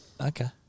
Okay